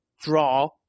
draw